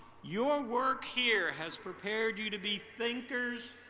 your work here has prepared you to be thinkers,